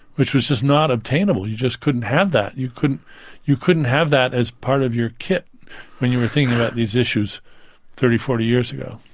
which was just not obtainable, you just couldn't have that, you couldn't you couldn't have that as part of your kit when you were thinking about these issues thirty four years ago.